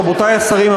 רבותי השרים,